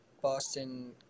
Boston